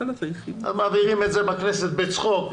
הם מעבירים את זה בכנסת בצחוק,